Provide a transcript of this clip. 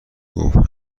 گفت